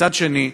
ומצד שני,